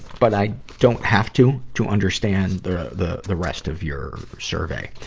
but i don't have to to understand the, the, the rest of your survey.